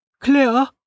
Clear